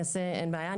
אין בעיה.